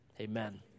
Amen